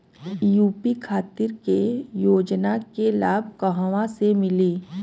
UP खातिर के योजना के लाभ कहवा से मिली?